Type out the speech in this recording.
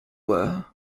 were